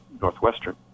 Northwestern